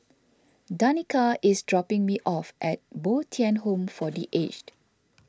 Danika is dropping me off at Bo Tien Home for the Aged